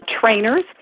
trainers